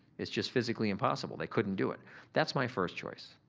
it's just physically impossible. they couldn't do it. that's my first choice,